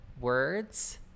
words